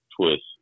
twist